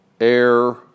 air